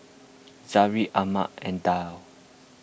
Zamrud Ahmad and Dhia